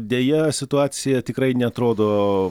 deja situacija tikrai neatrodo